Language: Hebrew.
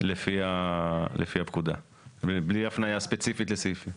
לפי הפקודה, בלי הפניה ספציפית לסעיפים.